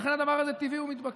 לכן הדבר הזה טבעי ומתבקש.